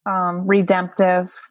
Redemptive